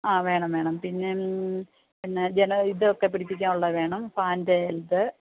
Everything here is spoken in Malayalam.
ആ വേണം വേണം പിന്നെ പിന്നെ ഇതൊക്കെ പിടിപ്പിക്കാനുള്ള വേണം ഫാനിൻ്റെ ഇത്